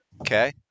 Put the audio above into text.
Okay